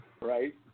right